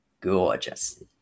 gorgeous